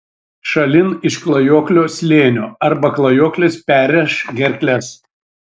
šalin iš klajoklio slėnio arba klajoklis perrėš gerkles